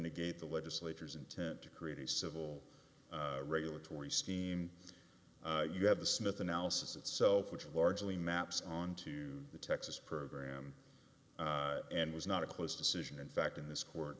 negate the legislature's intent to create a civil regulatory scheme you have the smith analysis itself which largely maps onto the texas program and was not a close decision in fact in this court